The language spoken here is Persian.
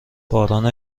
باران